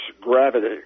gravity